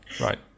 Right